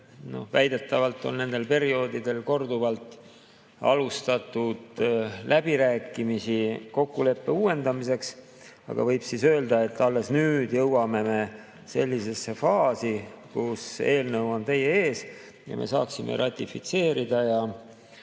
Väidetavalt on nendel perioodidel korduvalt alustatud läbirääkimisi kokkuleppe uuendamiseks, aga võib öelda, et alles nüüd jõuame sellisesse faasi, kus eelnõu on teie ees, me saaksime selle ratifitseerida ja